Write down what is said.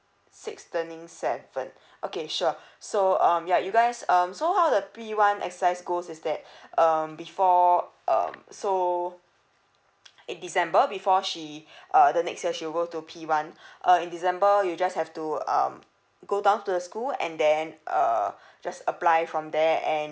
six turning seven okay sure so um ya you guys um so how the P one exercise goes is that um before um so in december before she uh the next year she'll go to P one uh in december you just have to um go down to the school and then uh just apply from there and